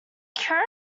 curd